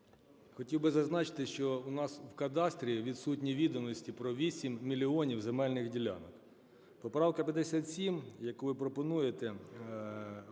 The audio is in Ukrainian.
Хотів би зазначити, що у нас в кадастрі відсутні відомості про 8 мільйонів земельних ділянок. Поправка 57, яку ви пропонуєте,